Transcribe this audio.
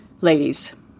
ladies